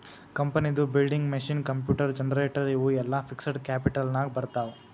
ಕಂಪನಿದು building, machine, computer, generator ಇವು ಎಲ್ಲಾ ಫಿಕ್ಸಡ್ ಕ್ಯಾಪಿಟಲ್ ನಾಗ್ ಬರ್ತಾವ್